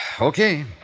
Okay